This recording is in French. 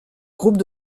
groupes